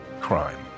crime